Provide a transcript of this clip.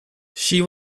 she